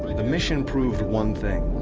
the mission proved one thing.